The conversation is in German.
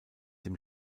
dem